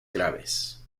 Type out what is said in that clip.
graves